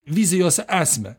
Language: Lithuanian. vizijos esmę